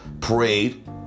parade